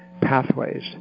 pathways